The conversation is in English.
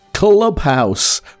Clubhouse